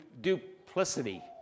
duplicity